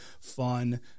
fun